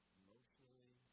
emotionally